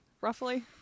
roughly